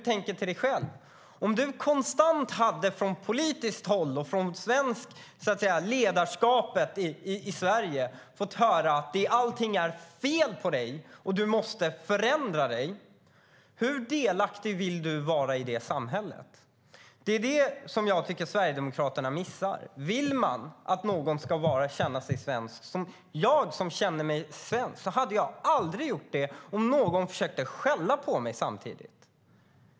Tänk själv, om du från det politiska ledarskapet i Sverige konstant fick höra att allt på dig är fel och du måste förändra dig, hur delaktig vill du då vara i det samhället? Det här har Sverigedemokraterna missat. Jag hade aldrig känt mig svensk om någon hade skällt på mig hela tiden.